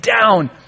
down